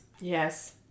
Yes